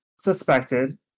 Suspected